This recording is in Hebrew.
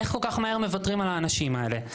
איך כל כך מהר מוותרים על האנשים האלה?